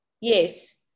Yes